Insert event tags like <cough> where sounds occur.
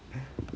<breath>